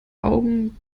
augen